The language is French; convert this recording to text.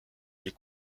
les